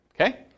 Okay